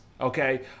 okay